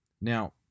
Now